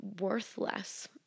worthless